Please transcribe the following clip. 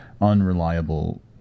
unreliable